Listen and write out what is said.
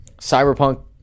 cyberpunk